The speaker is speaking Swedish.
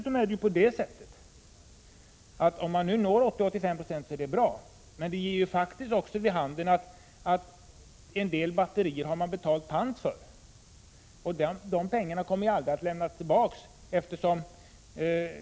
Om man når 80—85 26 är det bra, men det innebär också att det har betalats pant för en del batterier som inte samlas in, och de pengarna kommer ju aldrig att lämnas tillbaka.